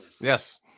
Yes